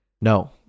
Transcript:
no